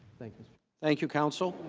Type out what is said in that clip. thank you so thank you counsel.